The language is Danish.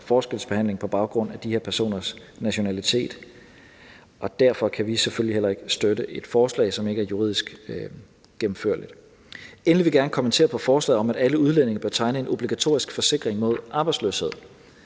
forskelsbehandling på baggrund af de her personers nationalitet, og derfor kan vi selvfølgelig heller ikke støtte et forslag, som ikke er juridisk gennemførligt. Kl. 13:59 Endelig vil jeg gerne kommentere på forslaget om, at alle udlændinge bør tegne en obligatorisk forsikring mod arbejdsløshed.